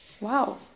wow